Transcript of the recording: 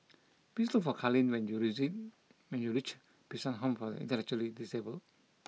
please look for Kalene when you reason when you reach Bishan Home for the intellectually disabled